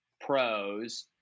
pros